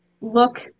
look